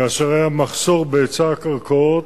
כאשר היה מחסור בהיצע הקרקעות,